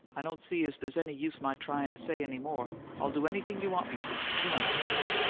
i don't see as there's any use my tryin' to say any more. i'll do anything you want me to, you understand.